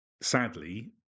sadly